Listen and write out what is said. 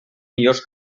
millors